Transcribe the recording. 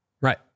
right